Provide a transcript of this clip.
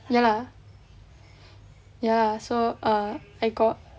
ya lah ya so err I got